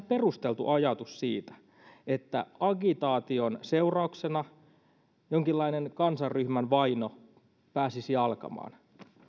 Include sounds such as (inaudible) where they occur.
(unintelligible) perusteltu ajatus siitä että agitaation seurauksena jonkinlainen kansanryhmän vaino pääsisi alkamaan